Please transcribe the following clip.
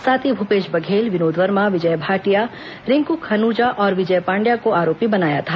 साथ ही भूपेश बघेल विनोद वर्मा विजय भाटिया रिंक् खनूजा और विजय पांडया को आरोपी बनाया था